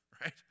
right